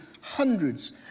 hundreds